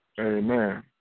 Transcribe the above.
Amen